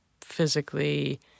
physically